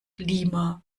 lima